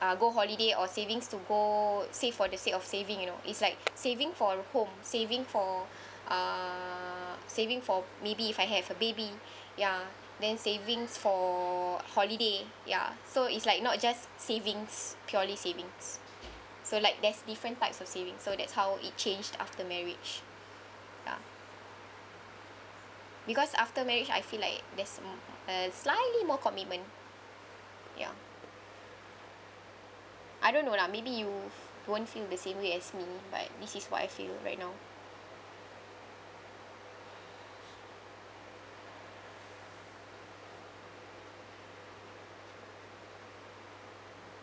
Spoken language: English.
uh go holiday or savings to go save for the sake of saving you know it's like saving for a home saving for uh saving for maybe if I have a baby ya then savings for holiday ya so it's like not just savings purely savings so like there's different types of savings so that's how it changed after marriage ya because after marriage I feel like there's m~ uh slightly more commitment ya I don't know lah maybe you won't feel the same way as me but this is what I feel right now